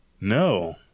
No